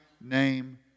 name